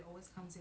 mm